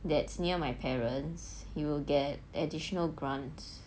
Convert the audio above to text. that's near my parents you will get additional grants